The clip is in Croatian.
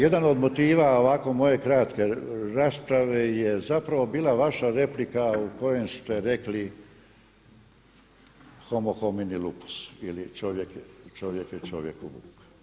Jedan od motiva ovako moje kratke rasprave je zapravo bila vaša replika u kojem ste rekli homo homini lupus ili čovjek je čovjeku.